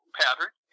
pattern